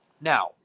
Now